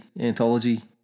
anthology